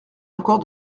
encore